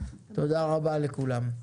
תודה רבה לכולם,